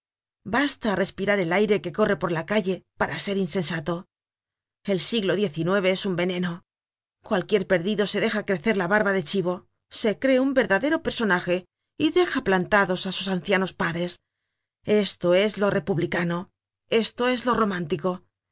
basta respirar el aire que corre por la calle para ser insensato el siglo xix es un veneno cualquier perdido se deja crecer la barba de chivo se cree un verdadero personaje y deja plantados á sus ancianos padres esto es lo republicano esto es lo